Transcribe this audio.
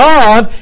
God